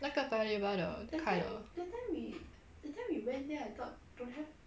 那个 paya lebar 的开了